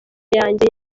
yanjye